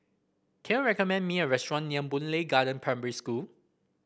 can you recommend me a restaurant near Boon Lay Garden Primary School